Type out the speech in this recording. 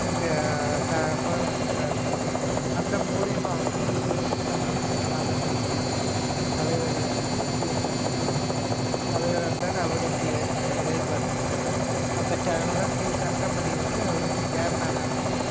எங்கள் முதலமைச்சராக இருந்தார் அந்த மூலியமாக வந்து இவரு வந்து நம்ம வந்து பாதர் கந்தசாமி தலைவர் வந்து பி என் கந்தசாமி வந்து தலைவராக இருந்தார் அவரு வந்து ஏற்பாடு பண்ணார் அந்த டைமில் பி தங்கமணி வந்து அவரு வந்து சேர்மேனாக இருந்தார்